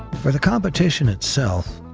for the competition itself,